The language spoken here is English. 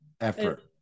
effort